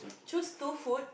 choose two food